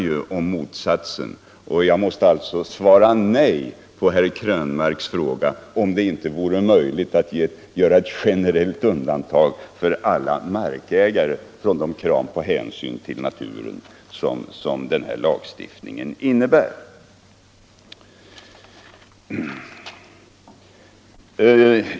Jag måste alltså svara nej på herr Krönmarks fråga om det inte vore möjligt att göra generellt undantag för alla markägare från kraven på hänsyn till naturen, som lagstiftningen innebär.